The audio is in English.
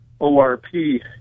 ORP